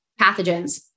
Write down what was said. Pathogens